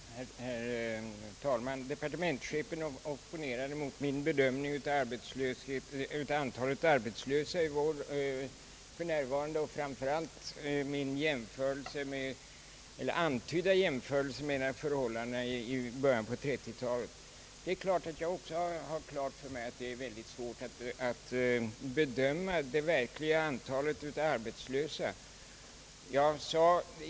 Herr talman! Departementschefen opponerar mot min bedömning av antalet arbetslösa för närvarande och framför allt mot min antydda jämförelse med förhållandena i början på 30-talet. Jag har givetvis också klart för mig att det är mycket svårt att bedöma det verkliga antalet arbetslösa.